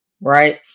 Right